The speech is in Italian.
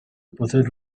poter